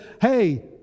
hey